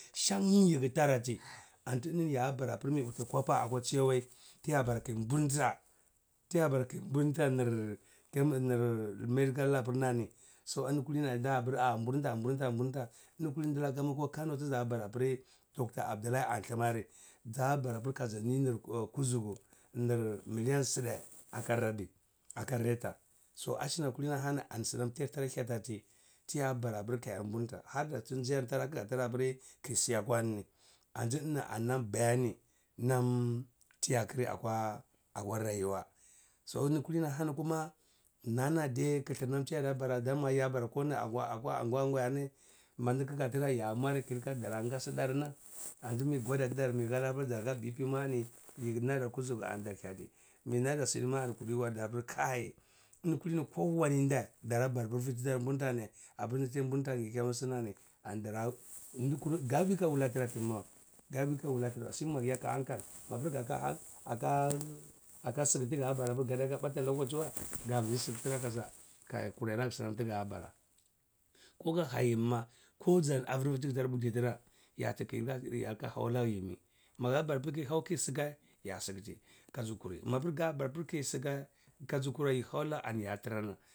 Shan yike tara ti anti ini ya bara apr mi wulti akwa chiya wai tiya bara kiya mburnta tiya bara kiyi mburnta nr nr medical laprna ni so ini kulini aapr nda mbur nta burnta ini kulini nalaka ma akwa kano tza bara pri doctor abdullahi alhimari za bara apr kazni nr kuzug nr miliyan sdae aka rabi aka reta so ashna kulini ahani ani snam tiyi tara hyati ati tiya bara apr kayar mburnta harda tun ziyar tara lapri dar tara hapri kiyisi yakwani ni ane ina ani nam bayani namtiyakri akwa awa rayuwa saini kulini ahan kuma nana da kthr nam tiya da bara dama ya bara konaranguwa agwa akwa anguwa garni mandi kgatra ya mwari kiringati daranga sdarna anti miyi gwada tdar miyi halar apr zaka pipi mani yikna dar kuzugu ani dar hyati miyi nada sidima ani dar pr kai ini kulini kowani ndaa dara bara ur bit dar mburntani apr ni tiyi mbur ntani nani ani dara ndkkura ga bwai kawatra krmawaz gur ka wulatra so mag eyi aka hankal mapr gaka gaka sai tga bata lokaci wai yambzi sktra kaza kayi kurai nag snam tga bara ko ka haima ko dzani avr vr tgtara buktitra kiyi ya lka hau lag yimi maga barakiyi ya skti kaz kuri mapr ga barakiyi skai kayi haulage ani ya trnr na.